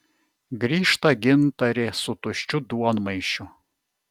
grįžta gintarė su tuščiu duonmaišiu